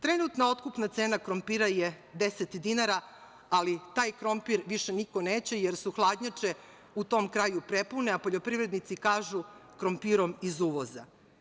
Trenutna otkupna cena krompira je 10 dinara, ali taj krompir više niko neće jer su hladnjače u tom kraju prepune, a poljoprivrednici kažu – krompirom iz uvoza.